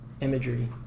imagery